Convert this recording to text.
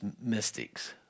mystics